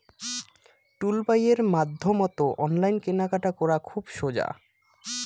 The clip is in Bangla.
টুলবাইয়ের মাধ্যমত অনলাইন কেনাকাটা করা খুব সোজা